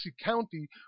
County